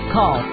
Call